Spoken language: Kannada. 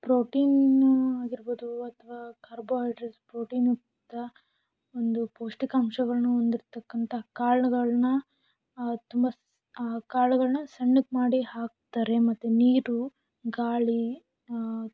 ಪ್ರೋಟೀನು ಆಗಿರ್ಬೋದು ಅಥವಾ ಕಾರ್ಬೊಹೈಡ್ರೇಟ್ಸ್ ಪ್ರೊಟೀನ್ಯುಕ್ತ ಒಂದು ಪೌಷ್ಟಿಕಾಂಶಗಳನ್ನು ಹೊಂದಿರತಕ್ಕಂಥ ಕಾಳುಗಳನ್ನ ತುಂಬ ಕಾಳುಗಳನ್ನ ಸಣ್ಣಕ್ಕೆ ಮಾಡಿ ಹಾಕ್ತಾರೆ ಮತ್ತು ನೀರು ಗಾಳಿ